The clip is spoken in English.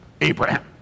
Abraham